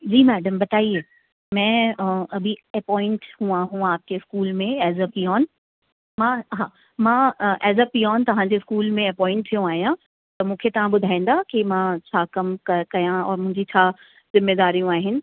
जी madam बताईए मैं अभी एपॉईंट हुआ हूं आपके स्कूल में एज़ अ पीऑन मां हा मां एज़ अ पीऑन तव्हांजे स्कूल में अपॉईंट थियो आहियां त मूंखे तव्हां ॿुधाईंदा की मां छा कमु क कयां और मुंहिजी छा ज़िम्मेदारियूं आहिनि